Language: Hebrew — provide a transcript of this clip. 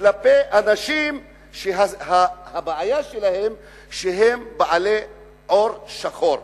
כלפי אנשים שהבעיה שלהם שהם בעלי עור שחור,